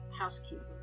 housekeeper